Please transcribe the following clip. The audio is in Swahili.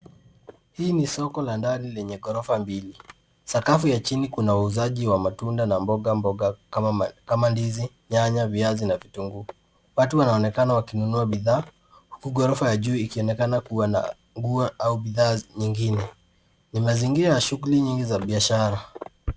Hii ni soko la ndani lenye gorofa mbili. Sakafu ya chini kuna uzaji wa matunda na mboga mboga, kama ndizi, nyanya, viazi na vitungu. Watu wanaonekana wakinunua bidhaa, huku gorofa ya juu ikionekana kuwa na nguo au bidhaa nyingine. Ni mazingira ya shughuli nyingi za biashara.